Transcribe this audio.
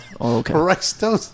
Okay